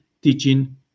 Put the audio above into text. teaching